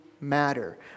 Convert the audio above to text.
matter